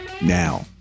Now